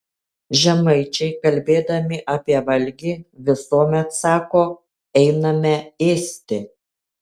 žemaičiai kalbėdami apie valgį visuomet sako einame ėsti